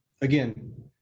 again